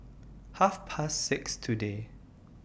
Half Past six today